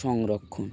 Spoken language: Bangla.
সংরক্ষণ